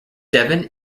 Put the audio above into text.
devon